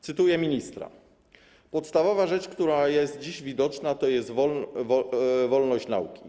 Cytuję ministra: Podstawowa rzecz, która jest dziś widoczna, to jest wolność nauki.